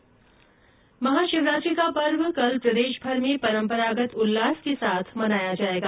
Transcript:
वार्ता महाशिवरात्रि का पर्व कल प्रदेशभर में परम्परागत उल्लास से मनाया जाएगा